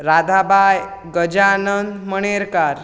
Radhabai Gajanand Manerkar